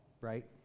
right